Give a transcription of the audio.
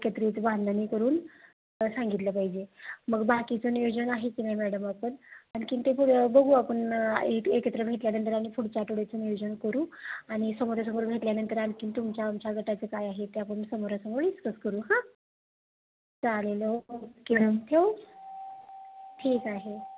एकत्रित बांधणी करून सांगितलं पाहिजे मग बाकीचं नियोजन आहे की नाही मॅडम आपण आणखीन ते पुढं बघू आपण एक एकत्र भेटल्यानंतर आणि पुढच्या आठवड्याचं नियोजन करू आणि समोरासमोर भेटल्यानंतर आणखीन तुमच्या आमच्या गटाचं काय आहे ते आपण समोरासमोर डिस्कस करू हां चालेल ओके मॅम ठेवू ठीक आहे